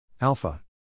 Alpha